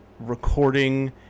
recording